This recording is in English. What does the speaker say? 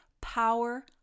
power